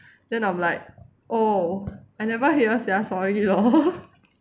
then I'm like oh I never hear sia sorry lor